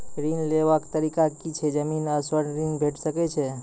ऋण लेवाक तरीका की ऐछि? जमीन आ स्वर्ण ऋण भेट सकै ये?